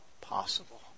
possible